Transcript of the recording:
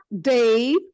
Dave